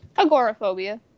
Agoraphobia